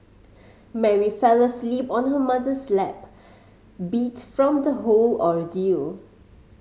Mary fell asleep on her mother's lap beat from the whole ordeal